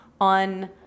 on